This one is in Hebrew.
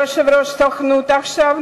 עכשיו יושב-ראש הסוכנות,